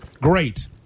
Great